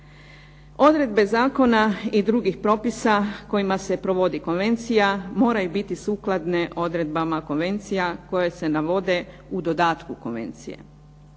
Odredbe zakona i drugih propisa kojima se provodi konvencija, moraju biti sukladne odredbama konvencija koje se navode u dodatku konvencije.